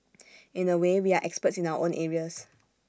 in A way we are experts in our own areas